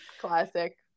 classic